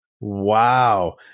Wow